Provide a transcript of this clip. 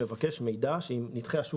הטופס הנוכחי מבקש מידע --- נתחי השוק